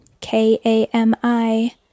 K-A-M-I